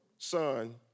son